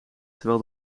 terwijl